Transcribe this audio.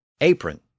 apron